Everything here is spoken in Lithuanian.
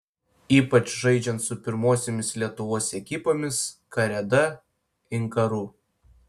ypač žaidžiant su pirmosiomis lietuvos ekipomis kareda inkaru